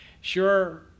sure